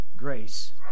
grace